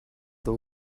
the